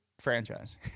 franchise